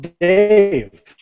Dave